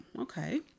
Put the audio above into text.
okay